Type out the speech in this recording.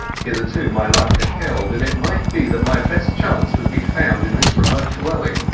hitherto my luck had held, and it might be that my best chance would be found in this remote dwelling.